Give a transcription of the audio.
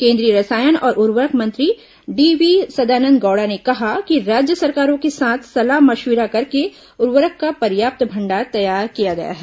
केन्द्रीय रसायन और उर्वरक मंत्री डी वी सदानंद गौडा ने कहा कि राज्य सरकारों के साथ सलाह मश्विरा करके उर्वरक का पर्याप्त भंडार तैयार किया गया है